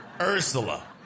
Ursula